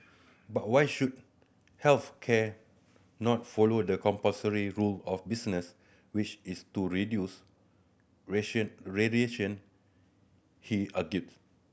but why should health care not follow the compulsory rule of business which is to reduce variation he a did